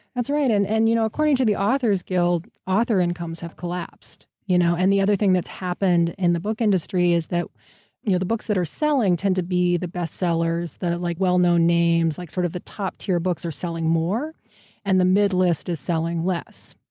that's right. and and you know according to the author's guild, author incomes have collapsed. you know and the other thing that's happened in the book industry is that you know the books that are selling tend to be the bestsellers, the like well-known names. names. like sort of the top-tier books are selling more and the mid-list is selling less.